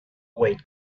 weight